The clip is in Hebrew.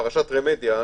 את פרשת רמדיה.